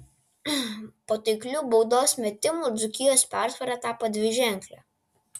po taiklių baudos metimų dzūkijos persvara tapo dviženklė